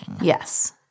Yes